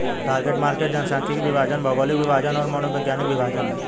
target market जनसांख्यिकीय विभाजन, भौगोलिक विभाजन और मनोवैज्ञानिक विभाजन हैं